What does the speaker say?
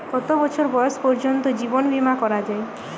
কত বছর বয়স পর্জন্ত জীবন বিমা করা য়ায়?